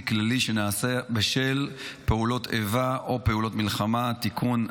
כללי שנעשה בשל פעולות האיבה או פעולות המלחמה) (תיקון),